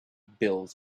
bills